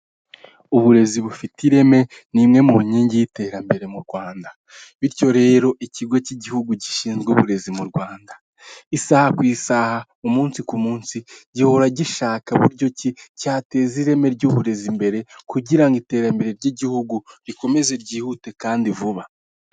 Uburezi bufite ireme ni imwe mu nkingi y'iterambere mu Rwanda, bityo rero ikigo cy'igihugu gishinzwe uburezi mu Rwanda isaha ku isaha umunsi ku munsi gihora gishaka uburyo cyateza ireme ry'uburezi imbere kugirango ngo iterambere ry'igihugu rikomeze ryihute kandi vuba.